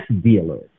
dealers